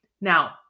Now